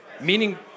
meaning